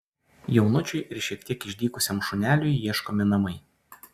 jaunučiui ir šiek tiek išdykusiam šuneliui ieškomi namai